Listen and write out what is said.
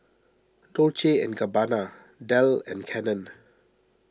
Dolce and Gabbana Dell and Canon